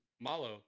Malo